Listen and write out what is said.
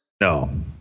No